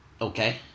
Okay